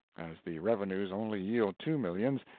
as the revenues only yield two millions,